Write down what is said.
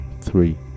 three